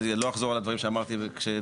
אני לא אחזור על הדברים שאמרתי כשדנו